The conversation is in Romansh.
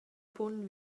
punt